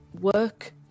work